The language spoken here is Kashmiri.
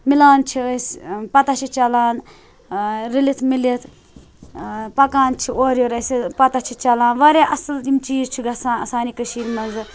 مِلان چھِ أسۍ پتہ چھِ چَلان رٔلِتھ مِلِتھ پَکان چھِ اورٕ یور اسہِ پتہ چھِ چلان واریاہ اَصٕل یِم چیٖز چھِ گَژھان سانہِ کٔشیٖرِ منٛز